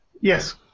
Yes